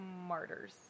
martyrs